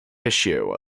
issue